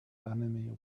enemy